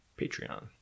Patreon